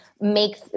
make